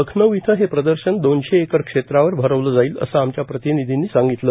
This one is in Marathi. लखनऊ इथं हे प्रदर्शन दोनशे एकर क्षेत्रावर भरवलं जाईल असं आमच्या प्रतिनिधीनं सांगितलं